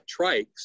trikes